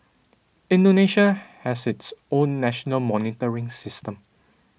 Indonesia has its own national monitoring system